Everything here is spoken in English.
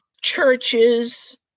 churches